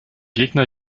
gegner